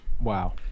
Wow